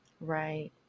right